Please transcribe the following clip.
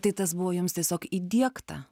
tai tas buvo jums tiesiog įdiegta